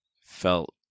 felt